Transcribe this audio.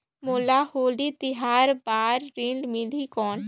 मोला होली तिहार बार ऋण मिलही कौन?